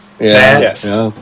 Yes